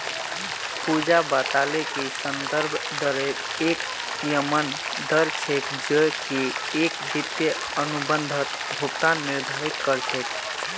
पूजा बताले कि संदर्भ दरेर एक यममन दर छेक जो की एक वित्तीय अनुबंधत भुगतान निर्धारित कर छेक